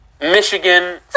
Michigan